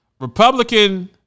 Republican